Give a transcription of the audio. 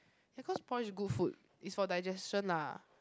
because porridge good food is for digestion lah